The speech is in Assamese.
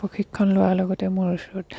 প্ৰশিক্ষণ লোৱাৰ আগতে মোৰ ওচৰত